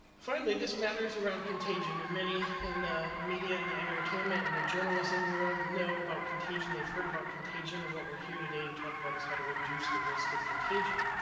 finally, this matter is around contagion, and many in the media and the entertainment and the journalism world know about contagion, they've heard about contagion, and what we're here today to talk about is how to reduce the risk of contagion.